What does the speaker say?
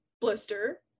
Blister